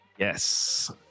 Yes